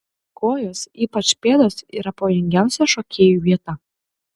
kojos ypač pėdos yra pavojingiausia šokėjų vieta